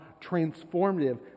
transformative